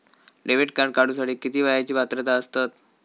Debit card काढूसाठी किती वयाची पात्रता असतात?